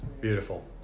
Beautiful